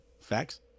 Facts